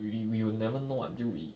we we we will never know until we